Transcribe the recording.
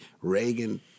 Reagan